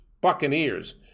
buccaneers